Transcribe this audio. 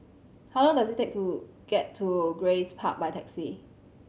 how long does it take to get to Grace Park by taxi